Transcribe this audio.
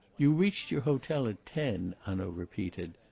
you reached your hotel at ten, hanaud repeated.